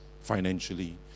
financially